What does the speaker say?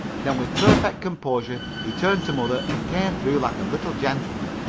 then with perfect composure he turned to mother and came through like a little gentleman.